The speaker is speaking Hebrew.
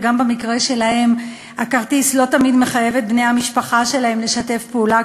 וגם במקרה שלהם הכרטיס לא תמיד מחייב את בני המשפחה שלהם לשתף פעולה,